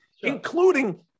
Including